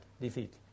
defeat